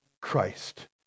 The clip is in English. Christ